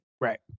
Right